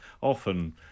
often